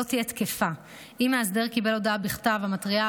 לא תהיה תקפה אם המאסדר קיבל הודעה בכתב המתריעה